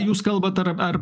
jūs kalbat ar ar